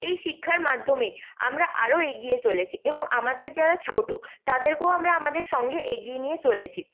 এই শিক্ষার মাধ্যমে আমরা আরও এগিয়ে চলেছি এবং আমাদের যারা ছোটো তাদেরকেও আমরা আমাদের সঙ্গে এগিয়ে নিয়ে চলেছি